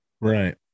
Right